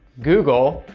google,